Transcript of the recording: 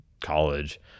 college